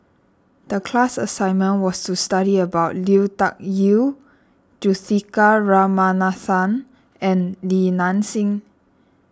the class assignment was to study about Lui Tuck Yew Juthika Ramanathan and Li Nanxing